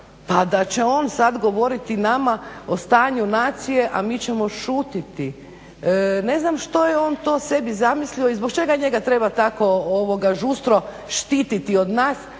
pa da će on sad govoriti nama o stanju nacije, a mi ćemo šutjeti. Ne znam što je on to sebi zamislio i zbog čega njega treba tako žustro štititi od nas,